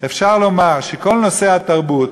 שנעשה הסכמה לאומית שבכל נושאי התרבות,